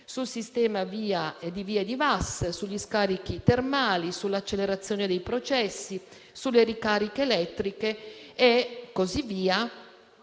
strategica (VAS); sugli scarichi termali; sull'accelerazione dei processi; sulle ricariche elettriche e così via,